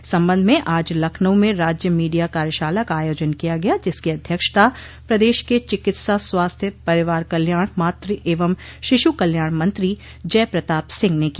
इस संबंध में आज लखनऊ में राज्य मीडिया कार्यशाला का आयोजन किया गया जिसकी अध्यक्षता प्रदेश के चिकित्सा स्वास्थ्य परिवार कल्याण मातृ एवं शिश् कल्याण मंत्री जय प्रताप सिंह ने की